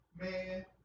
man